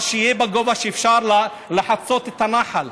אבל שיהיה בגובה שבו אפשר לחצות את הנחל.